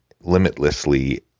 limitlessly